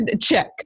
Check